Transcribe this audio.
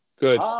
Good